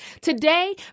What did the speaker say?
Today